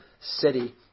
city